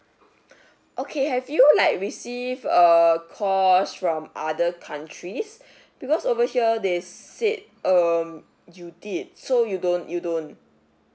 okay have you like receive err calls from other countries because over here they said um you did so you don't you don't